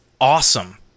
awesome